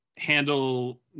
handle